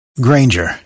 Granger